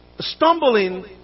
stumbling